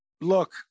look